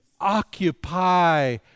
occupy